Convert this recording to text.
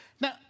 Now